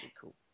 cool